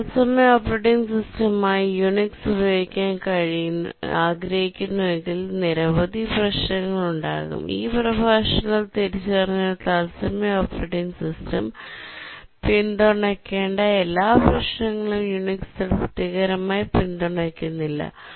ഒരു തത്സമയ ഓപ്പറേറ്റിംഗ് സിസ്റ്റമായി യുണിക്സ് ഉപയോഗിക്കാൻ ആഗ്രഹിക്കുന്നുവെങ്കിൽ നിരവധി പ്രശ്നങ്ങൾ ഉണ്ടാകുംഈ പ്രഭാഷണത്തിൽ തിരിച്ചറിഞ്ഞ ഒരു തത്സമയ ഓപ്പറേറ്റിംഗ് സിസ്റ്റം പിന്തുണയ്ക്കേണ്ട എല്ലാ പ്രശ്നങ്ങളും യുണിക്സ് തൃപ്തികരമായി പിന്തുണയ്ക്കുന്നില്ല